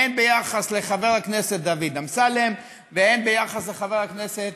הן על חבר הכנסת דוד אמסלם והן על חבר הכנסת